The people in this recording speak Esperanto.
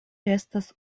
estas